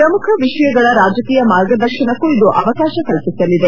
ಪ್ರಮುಖ ವಿಷಯಗಳ ರಾಜಕೀಯ ಮಾರ್ಗದರ್ಶನಕ್ಕೂ ಇದು ಅವಕಾಶ ಕಲ್ಪಿಸಲಿದೆ